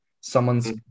Someone's